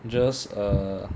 just err